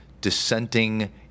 dissenting